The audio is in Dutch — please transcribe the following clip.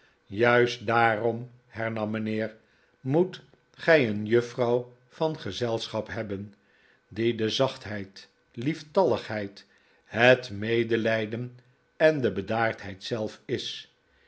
juist daarom hernam mijnheer moet gij een juffrouw van gezelschap hebben die de zachtheid lieftalligheid het medelijden en de bedaardheid zelf is